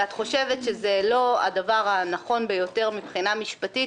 ואת חושבת שזה לא הדבר הנכון ביותר מבחינה משפטית